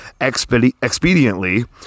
expediently